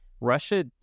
Russia